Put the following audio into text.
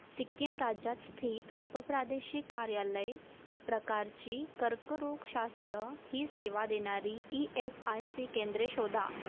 सिक्कीम राज्यात स्थित उपप्रादेशिक कार्यालय प्रकारची कर्करोगशास्त्र ही सेवा देणारी ई एस आय सी केंद्रे शोधा